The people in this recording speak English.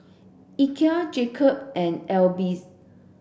Ikea Jacob and AIBI's